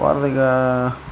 ವಾರದಾಗ